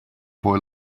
boy